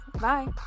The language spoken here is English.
Bye